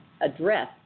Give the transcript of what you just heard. address